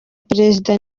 perezida